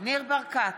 ניר ברקת,